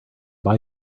buy